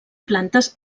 plantes